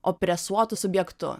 opresuotu subjektu